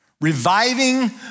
reviving